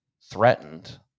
threatened